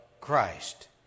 Christ